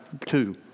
two